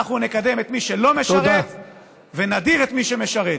אנחנו נקדם את מי שלא משרת ונדיר את מי שמשרת.